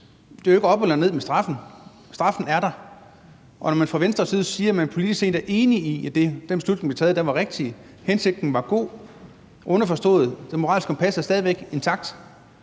jo ikke op eller ned med straffen; straffen er der. Når man fra Venstres side siger, at man politisk set er enig, og at den beslutning, der blev taget, var rigtig, hensigten var god, underforstået at det moralske kompas stadig væk